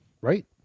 Right